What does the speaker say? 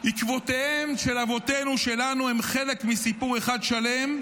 עקבותיהם של אבותינו שלנו, הם חלק מסיפור אחד שלם,